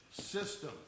system